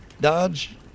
dodge